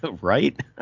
Right